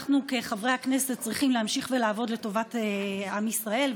אנחנו כחברי הכנסת צריכים להמשיך ולעבוד לטובת עם ישראל,